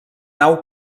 nau